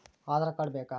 Aadhaar card ಬೇಕಾ?